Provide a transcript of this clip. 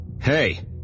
Hey